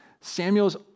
Samuel's